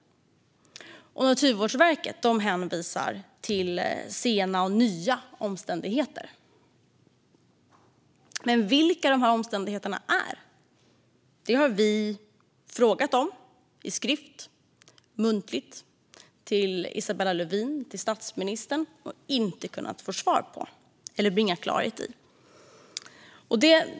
Naturvårdsverket hänvisar till sena och nya omständigheter. Vilka omständigheterna är har vi frågat myndigheten i skrift och vidare muntligt till Isabella Lövin och statsministern men inte lyckats bringa klarhet i.